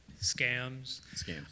scams